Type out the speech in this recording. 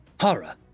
Horror